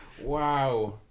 Wow